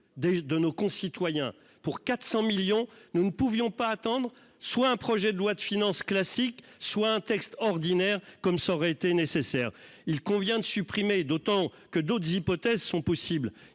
de nos concitoyens pour 400 millions. Nous ne pouvions pas attendre soit un projet de loi de finances classique, soit un texte ordinaire comme ça aurait été nécessaire. Il convient de supprimer, d'autant que d'autres hypothèses sont possibles.